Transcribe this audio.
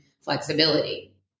flexibility